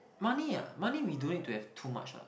money ah money we don't need to have too much ah